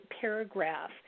paragraph